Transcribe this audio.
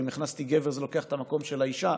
או אם הכנסתי גבר זה לוקח את המקום של האישה,